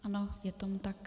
Ano, je tomu tak.